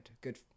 good